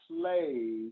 play